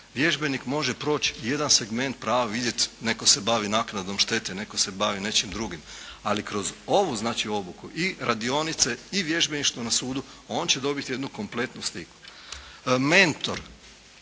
Vježbenik može proći jedan segment prava, vidjeti netko se bavi naknadom štete, netko se bavi nečim drugim, ali kroz ovu znači obuku i radionice i vježbeništvo na sudu on će dobiti jednu kompletnu sliku. Mentor,